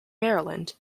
maryland